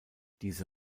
diese